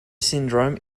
syndrome